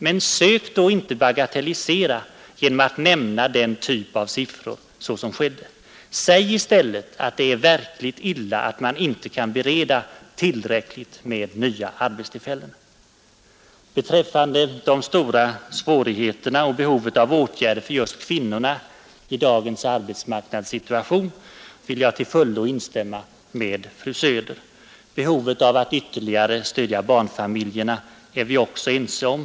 Men sök då inte bagatellisera genom att nämna den typ av siffror som Ni gjorde! Säg i stället att det är verkligt illa att man inte kunnat bereda tillräckligt med nya arbetstillfällen. Beträffande de stora svårigheterna och behovet av åtgärder för just kvinnorna i dagens arbetsmarknadssituation vill jag till fullo instämma med fru Söder. Behovet av ytterligare stöd åt barnfamiljerna är vi också ense om.